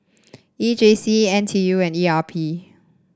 E J C N T U and E R P